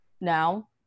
now